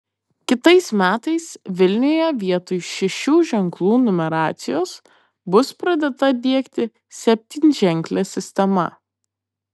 kitais metais vilniuje vietoj šešių ženklų numeracijos bus pradėta diegti septynženklė sistema